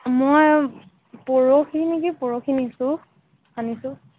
মই পৰহি নেকি পৰহি নিছোঁ আনিছোঁ